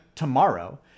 tomorrow